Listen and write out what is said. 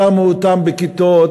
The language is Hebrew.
שמו אותם בכיתות,